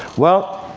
well,